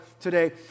today